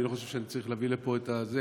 אני לא חושב שאני צריך להביא לפה את זה,